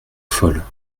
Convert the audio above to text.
folle